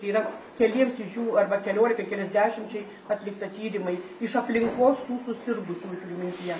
yra keliems iš jų arba keliolikai keliasdešimčiai atlikta tyrimai iš aplinkos tų susirgusių turiu mintyje